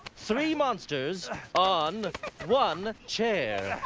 three monsters on one chair.